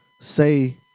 say